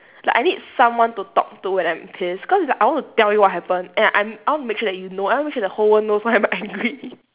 like I need someone to talk to when I'm pissed cause it's like I want to tell you what happen and I'm I want to make sure that you know I want to make sure the whole world knows why am I angry